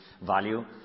value